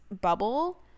bubble